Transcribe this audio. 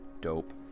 Dope